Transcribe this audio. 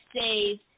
saved